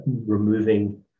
removing